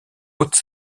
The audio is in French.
haute